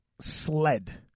sled